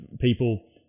people